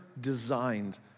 designed